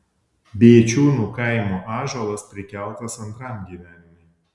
bėčiūnų kaimo ąžuolas prikeltas antram gyvenimui